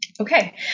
Okay